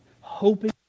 hoping